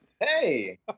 Hey